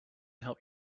help